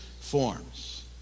forms